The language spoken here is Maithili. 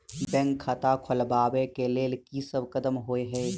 बैंक खाता खोलबाबै केँ लेल की सब कदम होइ हय?